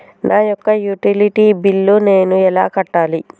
నా యొక్క utility bill నేను ఎలా కట్టాలి?